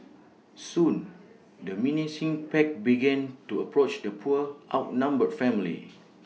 soon the menacing pack began to approach the poor outnumbered family